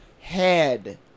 head